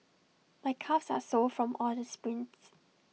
my calves are sore from all the sprints